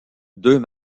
deux